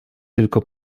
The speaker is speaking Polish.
tylko